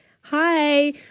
Hi